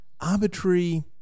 arbitrary